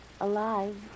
Alive